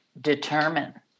determine